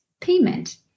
payment